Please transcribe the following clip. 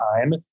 time